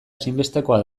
ezinbestekoa